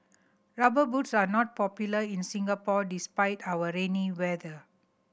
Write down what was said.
Rubber Boots are not popular in Singapore despite our rainy weather